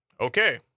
Okay